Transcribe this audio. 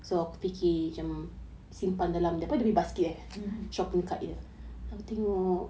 mmhmm hmm